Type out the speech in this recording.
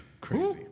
Crazy